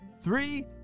three